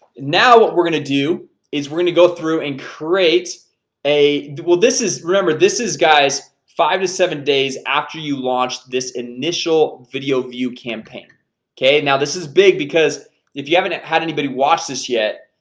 now. what we're gonna do is we're gonna go through and create a well, this is remember. this is guys five to seven days after you launched this initial video view campaign okay now this is big because if you haven't had anybody watch this yet,